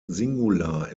singular